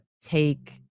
take